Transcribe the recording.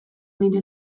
nire